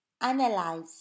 analyze